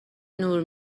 نور